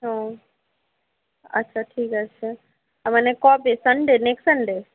ও আচ্ছা ঠিক আছে মানে কবে সানডে নেক্সট সানডে